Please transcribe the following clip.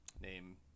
name